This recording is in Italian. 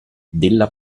della